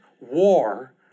war